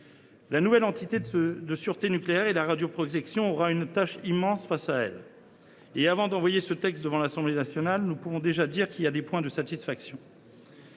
La nouvelle entité de sûreté nucléaire et de radioprotection aura une tâche immense face à elle. Avant d’envoyer ce texte devant l’Assemblée nationale, nous pouvons déjà relever des points de satisfaction.